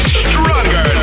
stronger